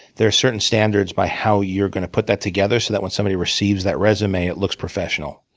there are certain standards by how you're gonna put that together, so that when somebody receives that resume, it looks professional.